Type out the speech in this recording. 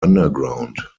underground